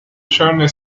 john